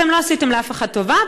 אתם לא עשיתם לאף אחד טובה,